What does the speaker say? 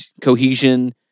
cohesion